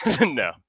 No